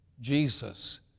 Jesus